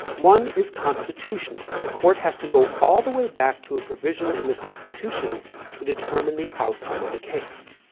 one is constitutional, the court has to go all the way back to a provision in the constitution to determine the outcome of a case.